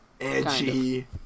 edgy